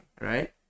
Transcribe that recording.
Right